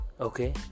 okay